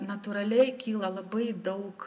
natūraliai kyla labai daug